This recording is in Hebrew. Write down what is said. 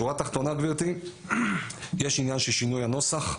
בשורה תחתונה, גברתי: יש עניין של שינוי הנוסח,